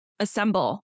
Assemble